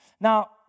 Now